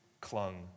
clung